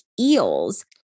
eels